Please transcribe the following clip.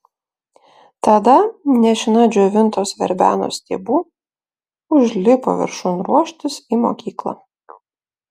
tada nešina džiovintos verbenos stiebu užlipo viršun ruoštis į mokyklą